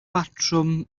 batrwm